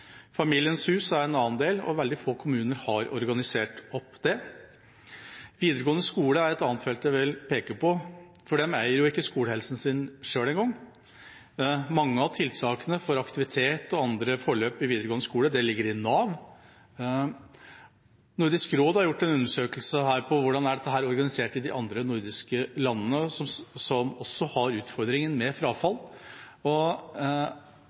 Familiens hus er en annen del. Veldig få kommuner har organisert det. Videregående skole er et annet felt jeg vil peke på, for de eier jo ikke skolehelsa sin selv engang. Mange av tiltakene for aktivitet og andre forløp i videregående skole ligger under Nav. Nordisk råd har gjort en undersøkelse på hvordan dette er organisert i de andre nordiske landene, som også har utfordring med frafall. Alle land har de samme utfordringene når det gjelder gjennomføring av videregående skole, og